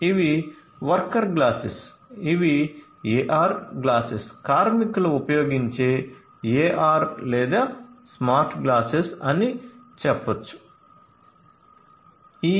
ఇవి worker glasses ఇవి AR glasses కార్మికులు ఉపయోగించే AR లేదా స్మార్ట్ గ్లాసెస్ అని చూపొచ్చు